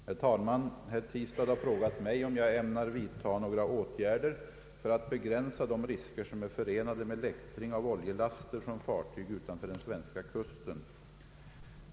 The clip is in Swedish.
Herr talman! Herr Tistad har frågat mig om jag ämnar vidta några åtgärder för att begränsa de risker som är förenade med läktring av oljelaster från fartyg utanför den svenska kusten.